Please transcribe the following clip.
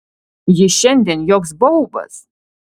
jis šiandien joks baubas